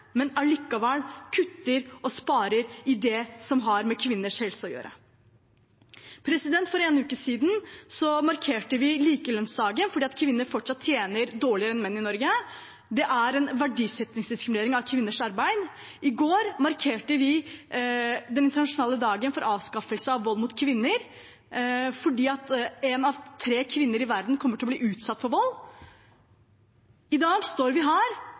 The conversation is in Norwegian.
men som allikevel kutter og sparer i det som har med kvinners helse å gjøre? For en uke siden markerte vi likelønnsdagen fordi kvinner fortsatt tjenere dårligere enn menn i Norge. Det er en verdsettingsdiskriminering av kvinners arbeid. I går markerte vi den internasjonale dagen for avskaffelse av vold mot kvinner, fordi én av tre kvinner i verden kommer til å bli utsatt for vold. I dag står vi her